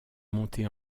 montée